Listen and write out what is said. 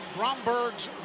Brombergs